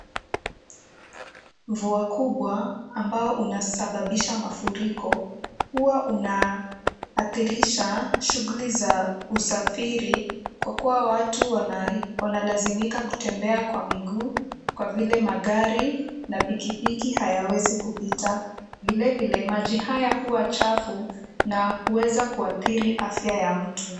Mvua kubwa ambao unasababisha mafuriko huwa unaathirisha shughli za usafiri kwa kuwa watu wanalazimika kutembea kwa miguu kwa vile magari na pikipiki hayawezi kupita. Vile vile maji haya huwa chafu na huweza kuathiri afya ya mtu.